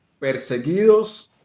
Perseguidos